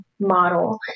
model